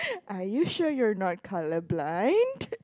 are you sure you are not color blind